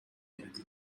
جمعیت